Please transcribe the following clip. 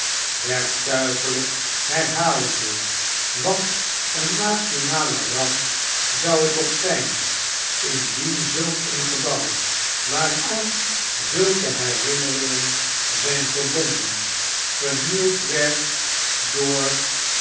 werktuigelijk herhalende wat een nationale ramp zou het toch zyn indien zulk een gebouw waaraart zulke herinneringen zijn verbonden vernield werd door